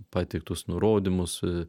pateiktus nurodymus